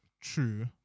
true